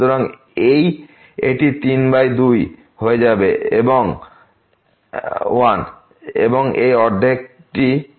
সুতরাং এটি 3 বাই 2 হয়ে যাবে 1 এবং এই অর্ধেক এটি 32 করবে